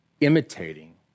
imitating